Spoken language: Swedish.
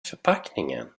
förpackningen